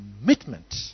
commitment